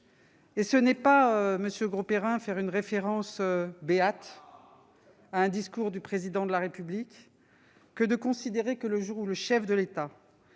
et ce n'est pas, monsieur Grosperrin, nous référer béatement à un discours du Président de la République que de considérer que, le jour où le chef de l'État